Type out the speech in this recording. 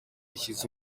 ishyize